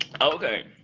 Okay